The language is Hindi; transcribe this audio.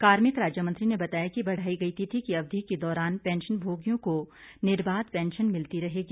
कार्मिक राज्यमंत्री ने बताया कि बढ़ाई गई तिथि की अवधि के दौरान पेंशनभोगियों को निर्बाध पेंशन मिलती रहेगी